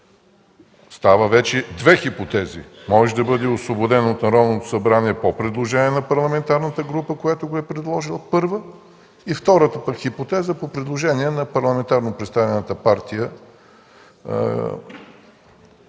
стават две. Първа хипотеза: може да бъде освободен от Народното събрание по предложение на парламентарната група, която го е предложила; и втората хипотеза е по предложение на парламентарно представената партия